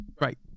Right